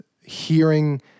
hearing